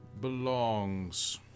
belongs